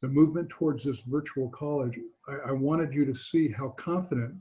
the movement towards this virtual college i wanted you to see how confident